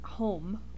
home